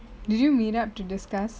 did you meet up to discuss